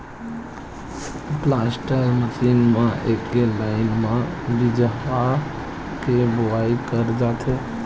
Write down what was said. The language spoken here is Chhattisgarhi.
प्लाटर मसीन म एके लाइन म बीजहा के बोवई करे जाथे